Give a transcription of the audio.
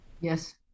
yes